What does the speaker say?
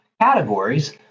categories